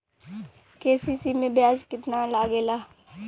KCC में ब्याज कितना लागेला?